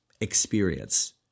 experience